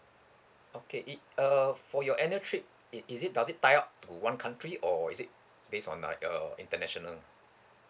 okay uh for your annual trip it is it does it tie up to one country or is it based on like uh international